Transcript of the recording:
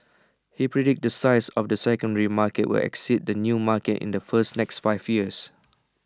he predicts the size of the secondary market will exceed the new market in the first next five years